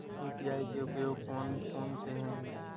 UPI के उपयोग कौन कौन से हैं?